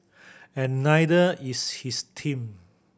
and neither is his team